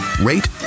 rate